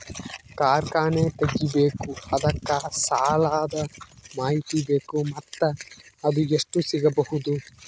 ಕಾರ್ಖಾನೆ ತಗಿಬೇಕು ಅದಕ್ಕ ಸಾಲಾದ ಮಾಹಿತಿ ಬೇಕು ಮತ್ತ ಅದು ಎಷ್ಟು ಸಿಗಬಹುದು?